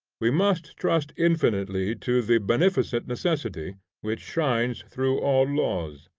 we must trust infinitely to the beneficent necessity which shines through all laws.